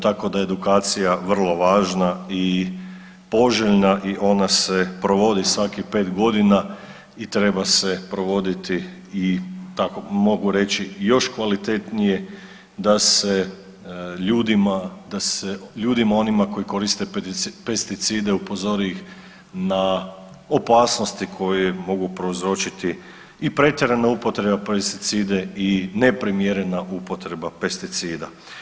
Tako da je edukacija vrlo važna i poželjna i ona se provodi svakih 5 godina i treba se provoditi i tako mogu reći još kvalitetnije da se ljudima onima koji koriste pesticide upozori ih na opasnosti koje mogu prouzročiti i pretjeranu upotreba pesticida i neprimjerena upotreba pesticida.